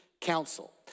council